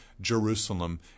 Jerusalem